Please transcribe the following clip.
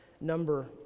number